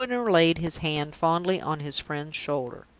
midwinter laid his hand fondly on his friend's shoulder.